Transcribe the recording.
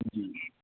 جی